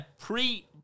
pre